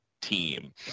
team